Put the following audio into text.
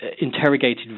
interrogated